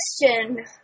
question